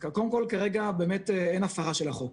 קודם כול, כרגע באמת אין הפרה של החוק.